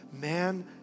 man